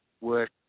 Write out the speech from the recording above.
work